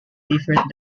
different